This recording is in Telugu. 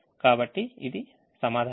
కాబట్టి ఇది సమాధానం